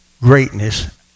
greatness